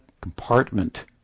compartment